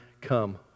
come